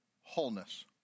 wholeness